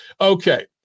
Okay